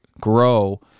grow